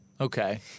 Okay